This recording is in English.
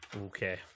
Okay